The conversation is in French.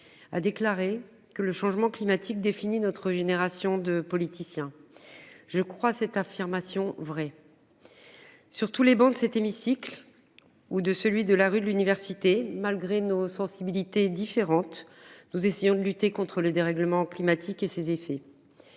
A déclaré que le changement climatique défini notre génération de politiciens. Je crois cette infirmation vrai. Sur tous les bancs de cet hémicycle. Ou de celui de la rue de l'Université malgré nos sensibilités différentes. Nous essayons de lutter contre le dérèglement climatique et ses effets.